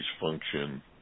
function